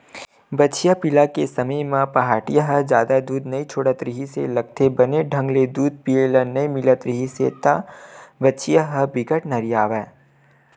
बछिया पिला के समे म पहाटिया ह जादा दूद नइ छोड़त रिहिस लागथे, बने ढंग ले दूद पिए ल नइ मिलत रिहिस त बछिया ह बिकट नरियावय